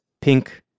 pink